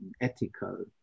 ethical